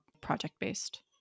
project-based